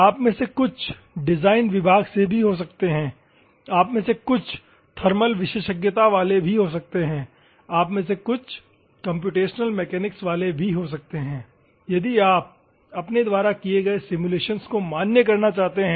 आप में से कुछ डिजाइन विभाग से हो सकते हैं आप में से कुछ थर्मल विशेषज्ञता वाले हो सकते हैं आप में से कुछ कम्प्यूटेशनल मैकेनिक्स वाले भी हो सकते हैं यदि आप अपने द्वारा किए गए सिमुलेशन को मान्य करना चाहते हैं